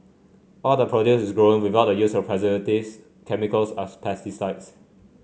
all the produce is grown without the use of preservatives chemicals us pesticides